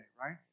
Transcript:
right